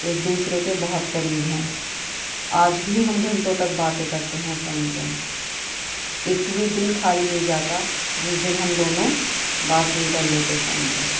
ایک دوسرے کے بہت قریب ہیں آج بھی ہم گھنٹوں تک باتیں کرتے ہیں فون پہ ایک بھی دن خالی نہیں جاتا جس دن ہم دونوں بات نہیں کر لیتے فون پہ